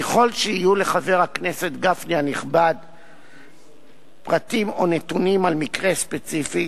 ככל שיהיו לחבר הכנסת גפני הנכבד פרטים או נתונים על מקרה ספציפי,